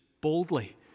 boldly